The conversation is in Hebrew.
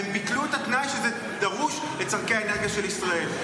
והם ביטלו את התנאי שזה דרוש לצורכי האנרגיה של ישראל.